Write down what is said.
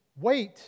wait